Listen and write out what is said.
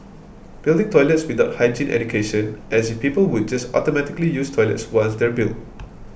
building toilets without hygiene education as if people would just automatically use toilets once they're built